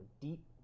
deep